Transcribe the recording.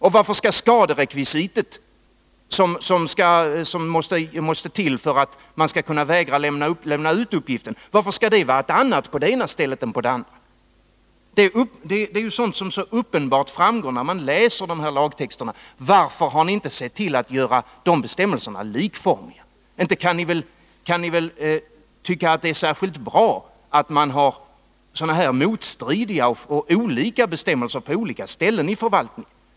Och varför skall skaderekvisitet, som måste till för att man skall kunna vägra lämna ut uppgiften, vara ett annat på det ena stället än på det andra? Det är sådant som så uppenbart framgår, när man läser de här lagtexterna. Varför har ni inte sett till att göra dessa bestämmelser likformiga? Inte kan ni väl tycka att det är särskilt bra att man har motstridiga och olika bestämmelser på olika ställen i förvaltningen?